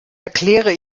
erkläre